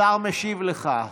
השר משיב לך.